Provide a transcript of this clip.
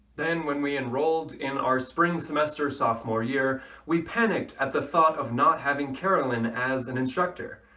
then when we enrolled in our spring semester sophomore year we panicked at the thought of not having carolyn as an instructor